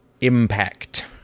impact